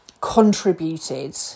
contributed